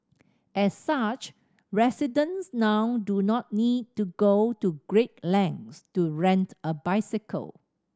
as such residents now do not need to go to great lengths to rent a bicycle